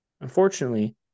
Unfortunately